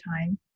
time